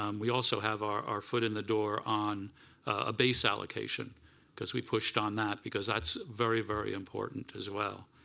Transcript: um we also have the foot in the door on a base allocation because we pushed on that because that's very very important as well.